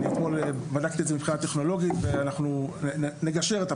ואנחנו נגשר על הפערים ונבצע את הבדיקה הזאת.